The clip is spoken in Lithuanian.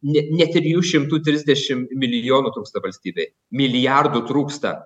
ne ne trijų šimtų trisdešim milijonų trūksta valstybei milijardų trūksta